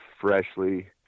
freshly